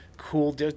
cool